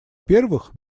первых